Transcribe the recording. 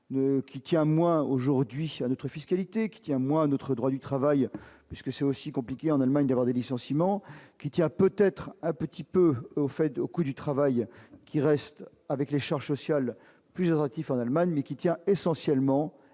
qui tient moi aujourd'hui à notre fiscalité qui un mois notre droit du travail, puisque c'est aussi compliqué en Allemagne devant des licenciements qui tient peut-être un petit peu au fait de coût du travail qui reste avec les charges sociales plusieurs actifs en Allemagne mais qui tient essentiellement,